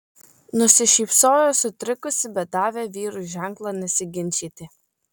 nusišypsojo sutrikusi bet davė vyrui ženklą nesiginčyti